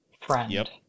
friend